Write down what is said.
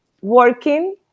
working